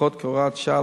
לפחות כהוראת שעה,